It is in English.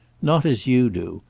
not as you do.